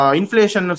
inflation